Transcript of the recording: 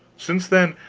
since then,